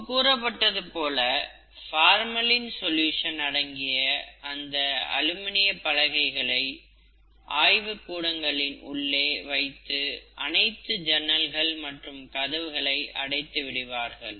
முன்பு கூறப்பட்டது போல பார்மலின் சொல்யூஷன் அடங்கிய இந்த அலுமினிய பலகைகளை ஆய்வுக் கூடங்களின் உள்ளே வைத்து அனைத்து ஜன்னல்கள் மற்றும் கதவுகளை அடைத்து விடுவார்கள்